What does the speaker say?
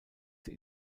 sie